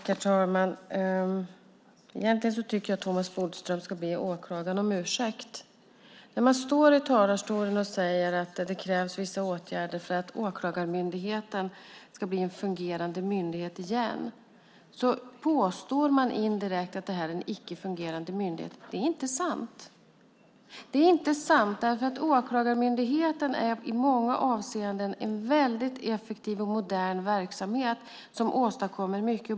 Herr talman! Egentligen tycker jag att Thomas Bodström ska be åklagarna om ursäkt. När man står i talarstolen och säger att det krävs vissa åtgärder för att Åklagarmyndigheten ska bli en fungerande myndighet igen påstår man indirekt att det här är en icke fungerande myndighet. Det är inte sant. Åklagarmyndigheten är i många avseenden en väldigt effektiv och modern verksamhet som åstadkommer mycket.